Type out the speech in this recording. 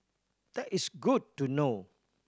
that is good to know